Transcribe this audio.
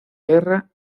guerra